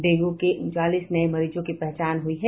dengue के उनतालीस नये मरीजों की पहचान हुई है